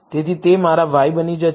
તેથી તે મારા y બની જાય છે